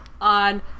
on